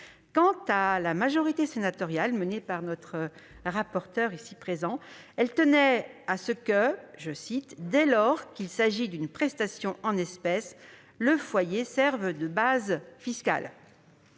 Quant à la majorité sénatoriale, menée par notre rapporteur, elle tenait à ce que, « dès lors qu'il s'agit d'une prestation en espèces, le foyer serve de base fiscale ».